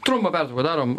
trumpą pertrauką padarom